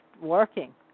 working